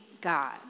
God